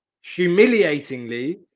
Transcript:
humiliatingly